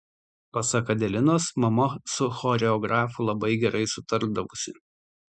pasak adelinos mama su choreografu labai gerai sutardavusi